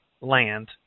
land